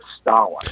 Stalin